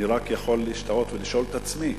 אני רק יכול להשתאות ולשאול את עצמי